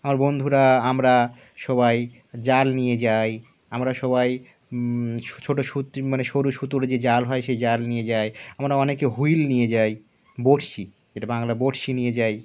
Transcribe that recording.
আর বন্ধুরা আমরা সবাই জাল নিয়ে যাই আমরা সবাই ছো ছোটো সুত মানে সরু সুতোর যে জাল হয় সেই জাল নিয়ে যায় আমরা অনেকে হুইল নিয়ে যাই বঁড়শি যেটা বাংলায বঁড়শি নিয়ে যাই